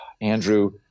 Andrew